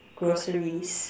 groceries